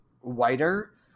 whiter